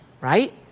right